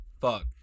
fuck